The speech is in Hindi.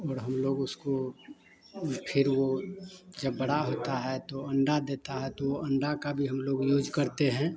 और हम लोग उसको ऊ फिर वो जब बड़ा होता है तो अंडा देता है तो वो अंडा का भी हम लोग यूज करते हैं